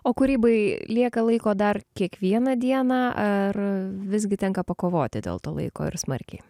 o kūrybai lieka laiko dar kiekvieną dieną ar visgi tenka pakovoti dėl to laiko ir smarkiai